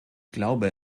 glaube